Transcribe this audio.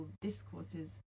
discourses